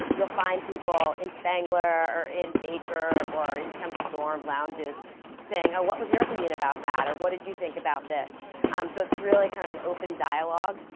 you'll find people in spangler or in baker or in the kind of dorm lounges saying, oh, what was your opinion about that? or what did you think about this? um so it's really kind of an open dialogue.